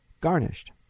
garnished